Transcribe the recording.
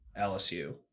LSU